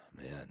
man